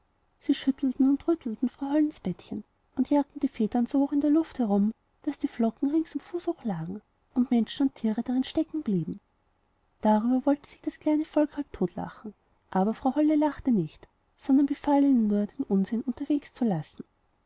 sie schüttelten und rüttelten frau hollens bettchen und jagten die federn so hoch in der luft herum daß die flocken ringsum fußhoch lagen und menschen und tiere darin steckenblieben darüber wollte sich denn das kleine volk halbtotlachen aber frau holle lachte nicht sondern befahl ihnen nur den unsinn unterwegs zu lassen